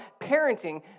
parenting